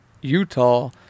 Utah